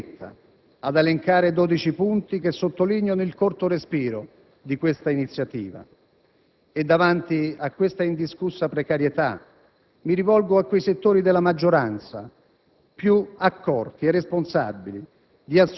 Vi ritrovate oggi, con una semplice «paginetta», a elencare 12 punti che sottolineano il corto respiro dell'iniziativa. Davanti a tale indiscussa precarietà, invito quei settori della maggioranza